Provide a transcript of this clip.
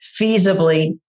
feasibly